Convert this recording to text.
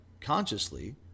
consciously